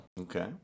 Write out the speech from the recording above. Okay